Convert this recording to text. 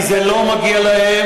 כי זה לא מגיע להם,